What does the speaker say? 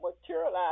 materialize